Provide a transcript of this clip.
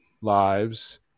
lives